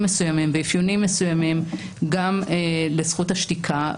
מסוימים ואפיונים מסוימים גם לזכות השתיקה.